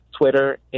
Twitter